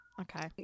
Okay